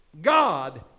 God